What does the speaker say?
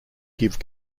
give